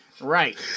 Right